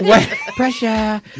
pressure